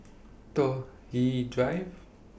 Toh Yi Drive